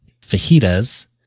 fajitas